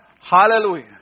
Hallelujah